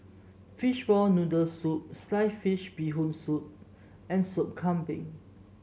Fishball Noodle Soup Sliced Fish Bee Hoon Soup and Sop Kambing